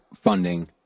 funding